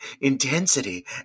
intensity